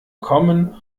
gekommen